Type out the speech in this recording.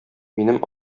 минем